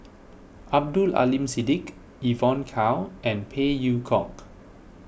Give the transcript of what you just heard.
Abdul Aleem Siddique Evon Kow and Phey Yew Kok